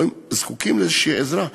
או אם הם זקוקים לעזרה כלשהי,